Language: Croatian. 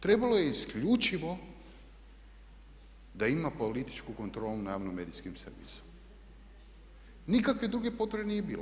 Trebalo je isključivo da ima političku kontrolu nad javno medijskim servisom, nikakve druge potrebe nije bilo.